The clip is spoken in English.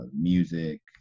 music